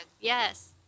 Yes